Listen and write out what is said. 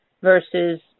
versus